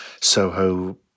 soho